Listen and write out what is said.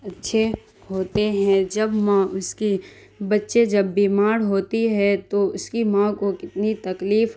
اچھے ہوتے ہیں جب ماں اس کی بچے جب بیمار ہوتی ہے تو اس کی ماں کو کتنی تکلیف